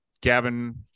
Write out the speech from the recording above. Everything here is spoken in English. Gavin